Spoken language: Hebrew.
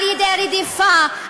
על-ידי רדיפה,